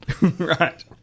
Right